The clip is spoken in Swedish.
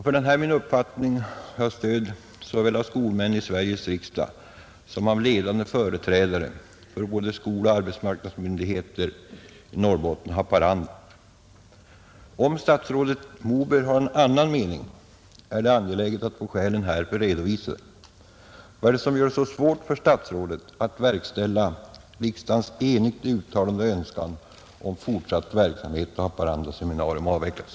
För denna min uppfattning har jag stöd av såväl skolmän i Sveriges riksdag som av ledande företrädare för både skoloch arbetsmarknadsmyndigheter i Norrbotten och Haparanda, Om statsrådet Moberg har en annan mening är det angeläget att få skälen härför redovisade. Vad är det som gör att statsrådet har så svårt att verkställa riksdagens enigt uttalade önskan om fortsatt verksamhet då Haparanda seminarium avvecklas?